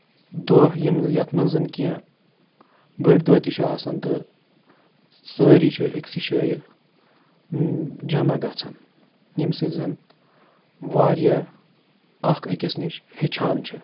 دۄہ یِم یتھ منٛز زن کینٛہہ بٔڑۍ دۄہ تہِ چھِ آسان تہٕ سٲری چھِ أکسٕے شٲیہِ جمع گژھان ییٚمہِ سۭتۍ زَن واریاہ اکھ أکِس نِش ہیٚچھان چھِ